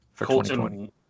Colton